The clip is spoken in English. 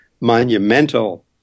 monumental